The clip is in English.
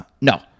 no